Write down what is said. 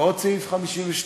ועוד סעיף 52,